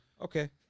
Okay